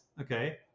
okay